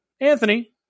Anthony